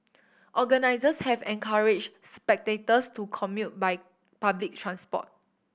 organisers have encouraged spectators to commute by public transport